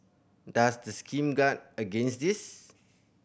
does the scheme guard against this